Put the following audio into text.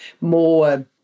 more